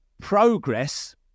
progress